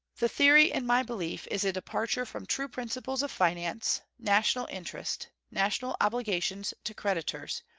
the theory, in my belief, is a departure from true principles of finance, national interest, national obligations to creditors,